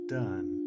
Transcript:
done